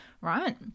right